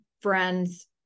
friends